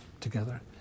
together